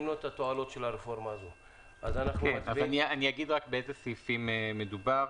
אני אגיד על איזה סעיפים מדובר.